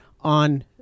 on